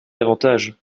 davantage